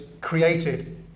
created